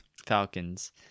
Falcons